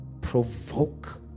provoke